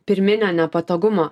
pirminio nepatogumo